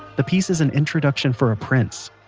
the piece is an introduction for a prince.